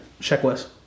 Checklist